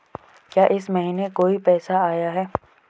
क्या इस महीने कोई पैसा आया है?